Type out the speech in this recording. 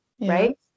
right